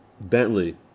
Bentley